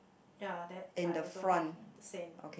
ya that I also have the same